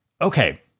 Okay